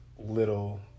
Little